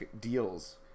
deals